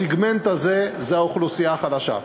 הסגמנט הזה זה האוכלוסייה החלשה.